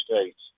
States